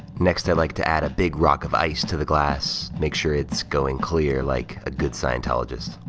next, i'd like to add a big rock of ice to the glass. make sure it's going clear, like a good scientologist.